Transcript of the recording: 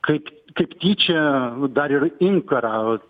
kaip kaip tyčia dar ir inkarą